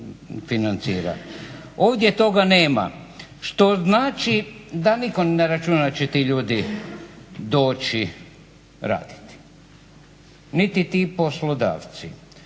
Ovdje toga nema što znači da nitko ni ne računa da će ti ljudi doći raditi, niti ti poslodavci.